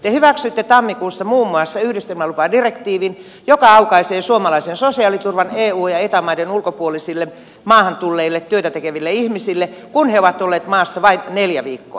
te hyväksyitte tammikuussa muun muassa yhdistelmälupadirektiivin joka aukaisee suomalaisen sosiaaliturvan eun ja eta maiden ulkopuolisille maahan tulleille työtä tekeville ihmisille kun he ovat olleet maassa vain neljä viikkoa